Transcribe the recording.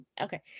Okay